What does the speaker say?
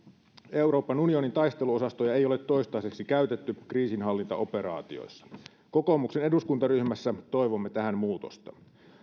euroopan unionin taisteluosastoja ei ole toistaiseksi käytetty kriisinhallintaoperaatioissa kokoomuksen eduskuntaryhmässä toivomme tähän muutosta